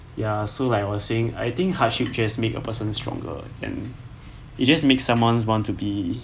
ya so like I was saying I think hardship just make a person stronger and it just make someone want to be